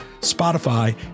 Spotify